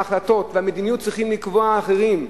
את ההחלטות והמדיניות צריכים לקבוע אחרים,